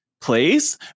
place